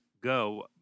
go